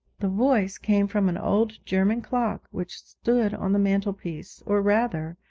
the voice came from an old german clock which stood on the mantelpiece, or rather,